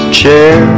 chair